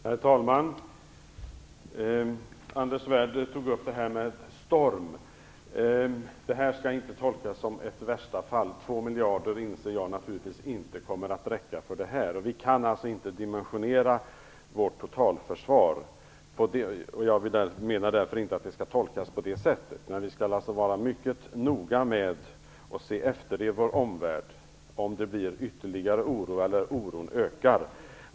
Herr talman! Anders Svärd tog upp det här med storm. Det här skall inte tolkas som ett värsta fall - jag inser naturligtvis att 2 miljarder inte kommer att räcka för det. Vi kan alltså inte dimensionera vårt totalförsvar för det värsta fallet. Jag menar inte att förslaget om ytterligare 2 miljarder skall tolkas på det sättet, men vi skall vara mycket noga med att se efter om oron i vår omvärld ökar.